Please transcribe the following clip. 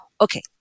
okay